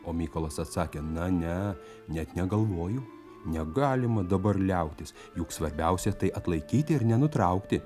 o mykolas atsakė na ne net negalvoju negalima dabar liautis juk svarbiausia tai atlaikyti ir nenutraukti